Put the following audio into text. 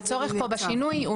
הצורך פה בשינוי,